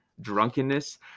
drunkenness